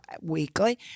weekly